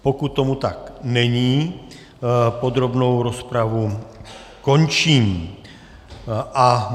Pokud tomu tak není, podrobnou rozpravu končím.